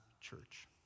church